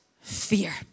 fear